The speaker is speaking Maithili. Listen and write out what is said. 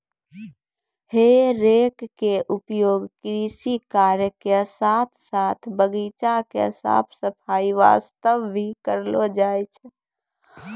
हे रेक के उपयोग कृषि कार्य के साथॅ साथॅ बगीचा के साफ सफाई वास्तॅ भी करलो जाय छै